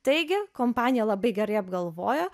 taigi kompanija labai gerai apgalvojo